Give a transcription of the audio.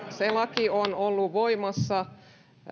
se laki on ollut voimassa